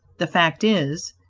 the fact is,